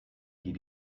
die